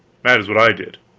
that is what i did.